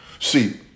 See